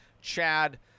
Chad